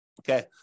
Okay